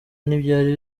n’ibyari